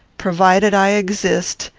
provided i exist,